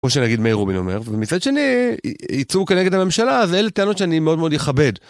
כמו שנגיד מאיר רובין אומר, ומצד שני, ייצוג נגד הממשלה, זה אלה טענות שאני מאוד מאוד אכבד.